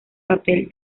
papel